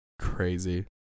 Crazy